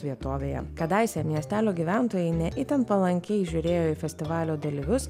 vietovėje kadaise miestelio gyventojai ne itin palankiai žiūrėjo į festivalio dalyvius